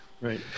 Right